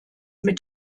mit